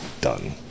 done